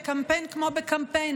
בקמפיין כמו בקמפיין,